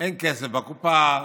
שאין כסף בקופה,